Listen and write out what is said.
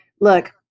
look